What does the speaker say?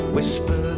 Whisper